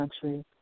country